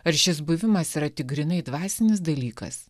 ar šis buvimas yra tik grynai dvasinis dalykas